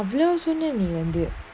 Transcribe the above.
அவ்ளோசொன்னஎன்னவந்து:avlo sonna enna vandhu